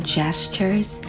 gestures